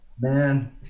man